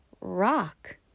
rock